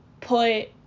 put